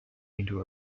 into